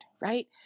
right